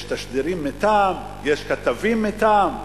יש תשדירים מטעם, יש כתבים מטעם.